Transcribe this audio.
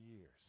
years